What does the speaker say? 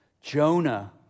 Jonah